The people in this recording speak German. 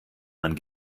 man